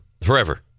forever